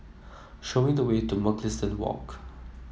show me the way to Mugliston Walk